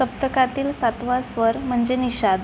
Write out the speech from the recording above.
सप्तकातील सातवा स्वर म्हणजे निषाद